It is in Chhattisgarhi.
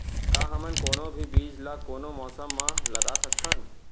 का हमन कोनो भी बीज ला कोनो मौसम म लगा सकथन?